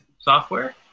software